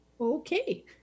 Okay